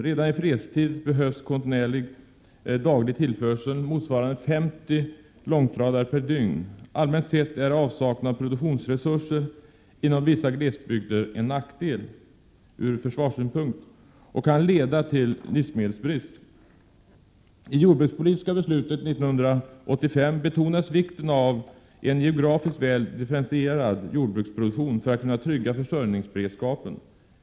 Redan i fredstid behövs kontinuerlig daglig tillförsel motsvarande 50 långtradare per dygn. Allmänt sett är avsaknaden av produktionsresurser inom vissa glesbygder en nackdel ur försvarssynpunkt och kan leda till livsmedelsbrist. I jordbrukspolitiska beslutet 1985 betonades vikten av en geografiskt väl differentierad jordbruksproduktion för att man skall kunna trygga försörjningsberedskapen.